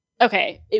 Okay